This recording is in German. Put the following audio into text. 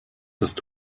ist